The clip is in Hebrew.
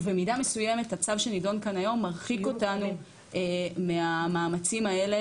ובמידה מסוימת הצו שנדון כאן היום מרחיק אותנו מהמאמצים האלה,